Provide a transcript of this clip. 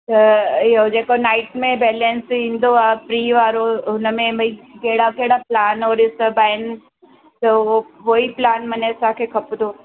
त इहो जेको नाईट में बैलेंस ईंदो आहे फ्री वारो हुनमें भई कहिड़ा कहिड़ा प्लान और हीअ सभु आहिनि त उहो उहोई प्लान मने असांखे खपंदो